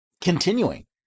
continuing